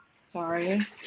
Sorry